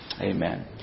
Amen